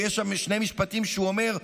ויש שם שני משפטים שהוא אומר: